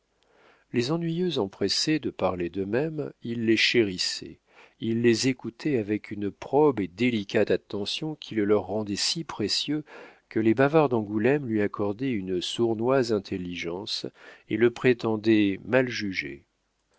les ennuyeux empressés de parler d'eux-mêmes il les chérissait il les écoutait avec une probe et délicate attention qui le leur rendait si précieux que les bavards d'angoulême lui accordaient une sournoise intelligence et le prétendaient mal jugé